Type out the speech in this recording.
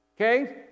Okay